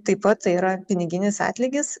taip pat tai yra piniginis atlygis